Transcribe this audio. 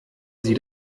sie